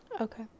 okay